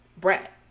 Brett